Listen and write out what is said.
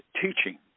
teaching